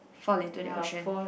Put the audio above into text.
fall into the ocean